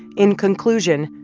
in conclusion,